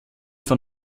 von